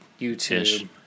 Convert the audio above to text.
youtube